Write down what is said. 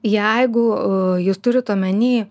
jeigu jūs turit omeny